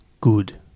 good